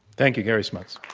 thank you, gary smuts.